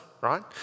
right